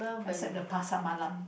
except the Pasar Malam